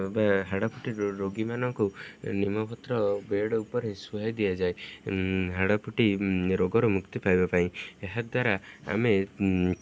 ବା ହାଡ଼ଫୁଟି ରୋଗୀମାନଙ୍କୁ ନିମପତ୍ର ବେଡ଼୍ ଉପରେ ଶୁଆଇ ଦିଆଯାଏ ହାଡ଼ଫୁଟି ରୋଗର ମୁକ୍ତି ପାଇବା ପାଇଁ ଏହାଦ୍ୱାରା ଆମେ